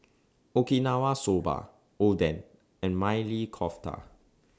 Okinawa Soba Oden and Maili Kofta